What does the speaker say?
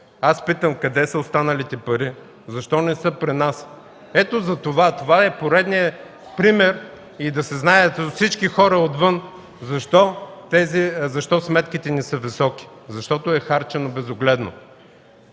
Аз питам: къде са останалите пари, защо не са при нас? Това е поредният пример. Да се знае от всички хора отвън защо сметките ни са високи. Защото е харчено безогледно.